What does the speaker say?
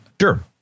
Sure